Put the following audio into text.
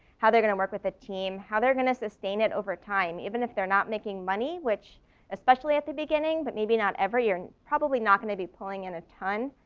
how they're gonna work with a team, how they're gonna sustain it over time, even if they're not making money which especially at the beginning but maybe not every year. probably not going to be pulling in a ton.